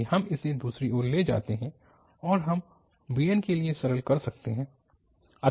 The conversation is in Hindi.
यदि हम इसे दूसरी ओर ले जाते हैं और हम bn के लिए सरल कर सकते हैं